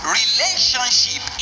relationship